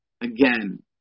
again